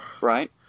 Right